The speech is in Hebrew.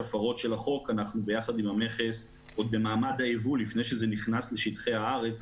עוד במעמד היבוא ולפני שזה נכנס לשטחי הארץ,